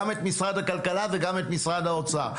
גם את משרד הכלכלה וגם את משרד האוצר.